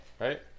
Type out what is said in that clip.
right